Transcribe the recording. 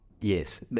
yes